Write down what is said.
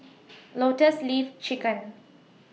Lotus Leaf Chicken